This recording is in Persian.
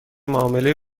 معاملهای